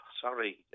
sorry